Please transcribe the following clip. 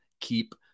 keep